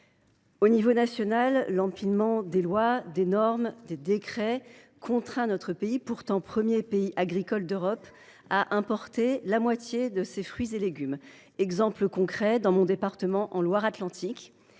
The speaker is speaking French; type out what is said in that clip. l’échelon national, l’empilement des lois, des normes et des décrets contraint notre pays, pourtant premier pays agricole d’Europe, à importer la moitié de ses fruits et légumes. À titre d’exemple, dans mon département, en Loire Atlantique,